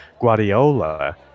Guardiola